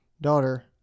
daughter